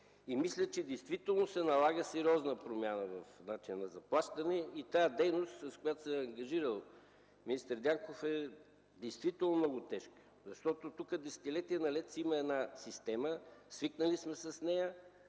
Мисля, че действително се налага сериозна промяна в начина на заплащане. Дейността, с която се е ангажирал министър Дянков, действително е много тежка. Тук десетилетия наред има една система, с която сме